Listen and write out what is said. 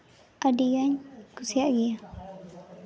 ᱟᱹᱰᱤᱜᱮᱧ ᱠᱩᱥᱤᱭᱟᱜ ᱜᱮᱭᱟ